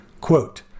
Quote